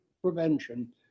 prevention